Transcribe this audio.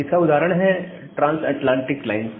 इसका एक उदाहरण है ट्रांस अटलांटिक लाइंस